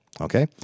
okay